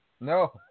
No